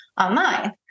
online